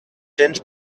cents